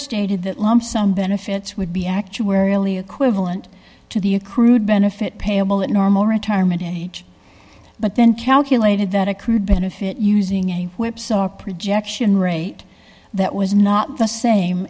stated that lump sum benefits would be actuarially equivalent to the accrued benefit payable at normal retirement age but then calculated that accrued benefit using a whipsaw projection rate that was not the same